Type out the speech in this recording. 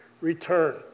return